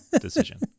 decision